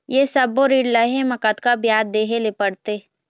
ये सब्बो ऋण लहे मा कतका ब्याज देहें ले पड़ते?